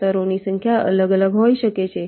સ્તરોની સંખ્યા અલગ અલગ હોઈ શકે છે